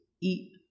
eat